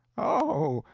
oh,